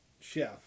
chef